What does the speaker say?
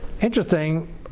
Interesting